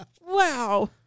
Wow